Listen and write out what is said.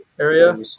area